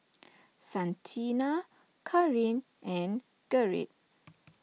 Santina Carin and Gerrit